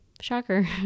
Shocker